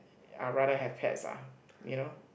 I rather have pets lah you know